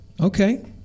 Okay